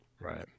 Right